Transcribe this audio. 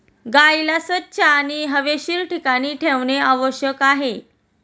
गाईला स्वच्छ आणि हवेशीर ठिकाणी ठेवणे आवश्यक आहे